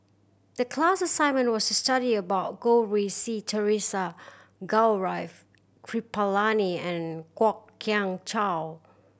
the class assignment was to study about Goh Rui Si Theresa Gaurav Kripalani and Kwok Kian Chow